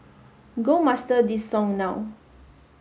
go master this song now